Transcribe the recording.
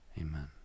Amen